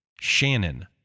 Shannon